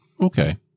okay